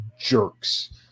jerks